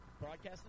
broadcasting